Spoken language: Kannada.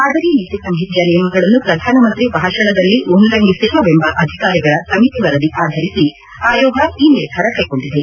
ಮಾದರಿ ನೀತಿ ಸಂಹಿತೆಯ ನಿಯಮಗಳನ್ನು ಪ್ರಧಾನಮಂತ್ರಿ ಭಾಷಣದಲ್ಲಿ ಉಲ್ಲಂಘಿಸಿಲ್ಲವೆಂಬ ಅಧಿಕಾರಿಗಳಿ ಸಮಿತಿ ವರದಿ ಆಧರಿಸಿ ಆಯೋಗ ಈ ನಿರ್ಧಾರ ಕ್ಲೆಗೊಂಡಿದೆ